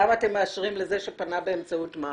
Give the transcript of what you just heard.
למה אתם מאשרים לזה שפנה באמצעות מאכער?